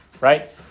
right